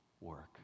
work